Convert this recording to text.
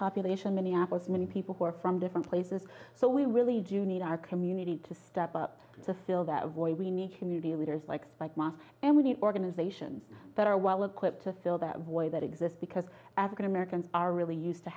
population many apples many people who are from different places so we really do need our community to step up to fill that void we need community leaders like mike mark and we need organizations that are well equipped to fill that void that exist because african americans are really used to